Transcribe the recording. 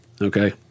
Okay